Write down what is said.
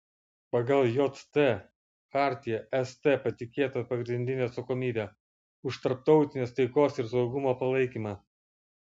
pagal jt chartiją st patikėta pagrindinė atsakomybė už tarptautinės taikos ir saugumo palaikymą